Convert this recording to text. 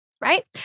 right